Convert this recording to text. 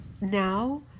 now